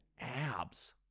abs